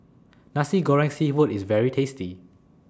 Nasi Goreng Seafood IS very tasty